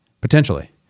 potentially